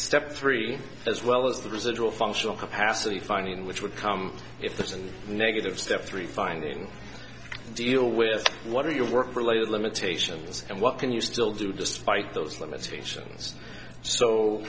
step three as well as the residual functional capacity finding which would come if there's a negative step three finding deal with what are your work related limitations and what can you still do despite those limitations so